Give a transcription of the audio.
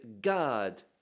God